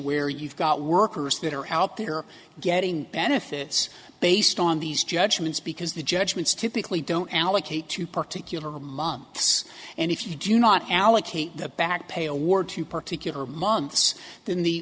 where you've got workers that are out there getting benefits based on these judgments because the judgments typically don't allocate to particular months and if you do not allocate the backpay award to particular months then the